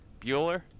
Bueller